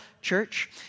church